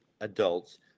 adults